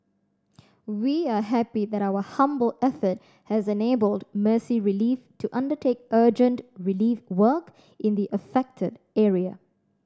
we are happy that our humble effort has enabled Mercy Relief to undertake urgent relief work in the affected area